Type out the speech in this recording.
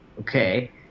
okay